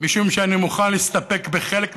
משום שאני מוכן להסתפק בחלק ממנה.